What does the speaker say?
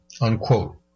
unquote